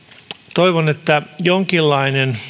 toivon että jonkinlainen